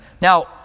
Now